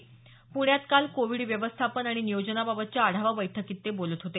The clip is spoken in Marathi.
प्ण्यात काल कोविड व्यवस्थापन आणि नियोजनाबाबतच्या बैठकीत ते बोलत होते